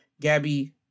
Gabby